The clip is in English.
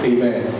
Amen